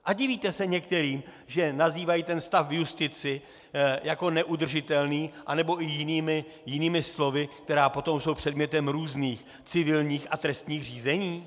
A divíte se některým, že nazývají ten stav v justici jako neudržitelný, anebo i jinými slovy, která potom jsou předmětem různých civilních a trestních řízení?